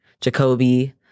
Jacoby